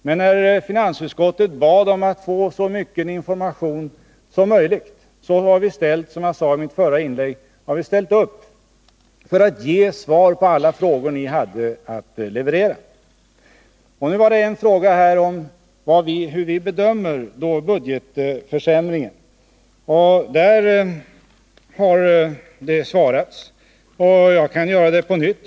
Men när finansutskottet bad att få så mycken information som möjligt ställde vi upp, som jag sade i mitt förra inlägg, för att ge svar på alla frågor ni hade att leverera. En fråga gällde hur vi bedömer budgetförsämringen. Den har besvarats, och jag kan göra det på nytt.